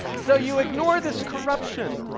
so you ignore this corruption.